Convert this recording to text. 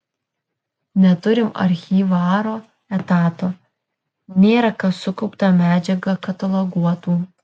neturim archyvaro etato nėra kas sukauptą medžiagą kataloguotų